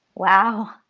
wow,